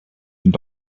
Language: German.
sind